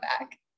back